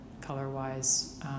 color-wise